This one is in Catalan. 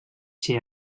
ser